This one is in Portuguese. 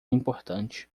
importante